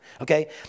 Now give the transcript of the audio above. okay